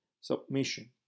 submission